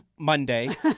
Monday